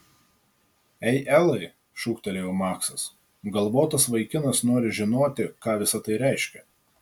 ei elai šūktelėjo maksas galvotas vaikinas nori žinoti ką visa tai reiškia